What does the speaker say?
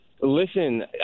Listen